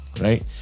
right